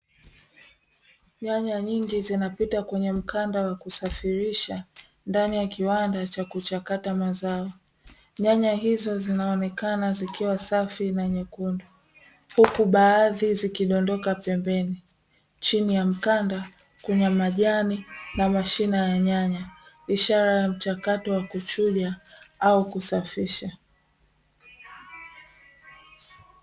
Nyanya nyingi zinapita kwenye mkanda wa kusafirisha ndani ya kiwanda cha kuchakata mazao. Nyanya hizo zinaonekana zikiwa safi na nyekundu huku baadhi zikidondoka pembeni. Chini ya mkanda kuna majani na mashina ya nyanya ishara ya mchakato wa kuchuja au kusafisha.